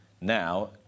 now